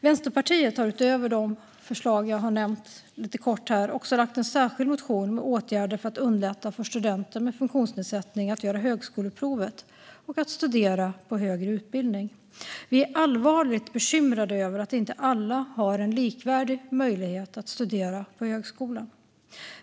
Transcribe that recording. Vänsterpartiet har utöver de förslag som jag har nämnt också skrivit en särskild motion om åtgärder för att underlätta för studenter med funktionsnedsättning att göra högskoleprovet och att studera på högre utbildning. Vi är allvarligt bekymrade över att inte alla har en likvärdig möjlighet att studera på högskolan.